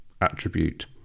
attribute